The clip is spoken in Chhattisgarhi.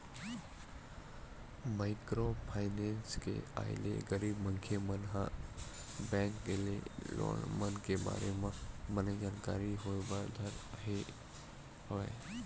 माइक्रो फाइनेंस के आय ले गरीब मनखे मन ल बेंक के लोन मन के बारे म बने जानकारी होय बर धर ले हवय